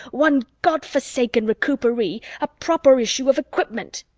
one godforsaken recuperee a proper issue of equipment!